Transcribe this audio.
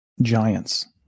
giants